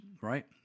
right